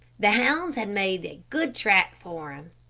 the hounds had made a good track for him.